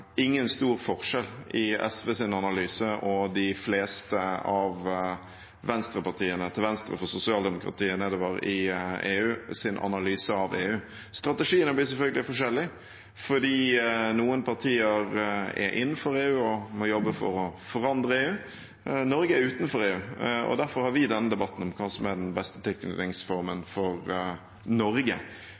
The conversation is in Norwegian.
ingen stor forskjell på SVs analyse og de fleste av venstrepartiene til venstre for sosialdemokratiet nedover i EU sin analyse av EU. Strategiene blir selvfølgelig forskjellig, fordi noen partier er innenfor EU og må jobbe for å forandre EU. Norge er utenfor EU, og derfor har vi denne debatten om hva som er den beste tilknytningsformen for Norge.